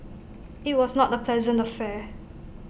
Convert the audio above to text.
IT was not A pleasant affair